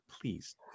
please